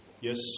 yes